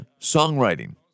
songwriting